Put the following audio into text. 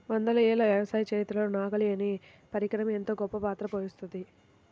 వందల ఏళ్ల వ్యవసాయ చరిత్రలో నాగలి అనే పరికరం ఎంతో గొప్పపాత్ర పోషిత్తున్నది